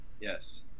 Yes